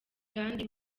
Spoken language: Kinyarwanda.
kandi